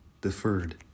deferred